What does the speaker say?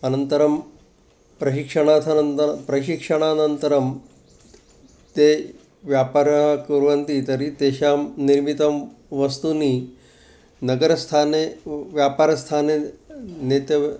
अनन्तरं प्रशिक्षणाथनन्द प्रशिक्षणानन्तरं ते व्यापारं कुर्वन्ति तर्हि तेषां निर्मितं वस्तूनि नगरस्थाने व्यापारस्थाने नेतव्